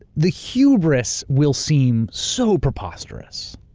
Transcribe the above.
the hubris will seem so preposterous